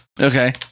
Okay